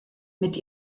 mit